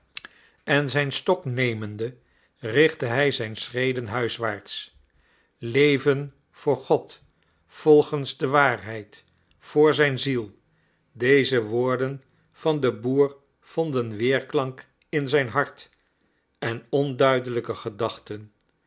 en zijn stok nemende richtte hij zijn schreden huiswaarts leven voor god volgens de waarheid voor zijn ziel deze woorden van den boer vonden weerklank in zijn hart en onduidelijke gedachten